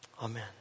amen